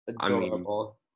Adorable